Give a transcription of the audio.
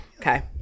Okay